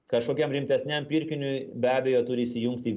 kažkokiam rimtesniam pirkiniui be abejo turi įsijungti